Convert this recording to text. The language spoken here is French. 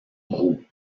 roux